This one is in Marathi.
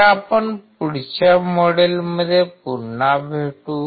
तर आपण पुढच्या मॉड्यूलमध्ये पुन्हा भेटू